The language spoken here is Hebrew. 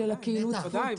בוודאי.